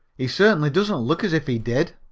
he certainly doesn't look as if he did.